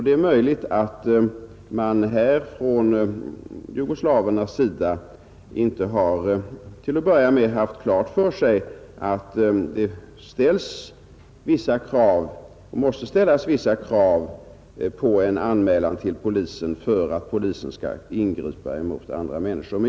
Det är möjligt att man från jugoslavernas sida till en början inte haft klart för sig att det måste ställas vissa krav på en anmälan till polisen för att polisen skall ingripa mot andra människor.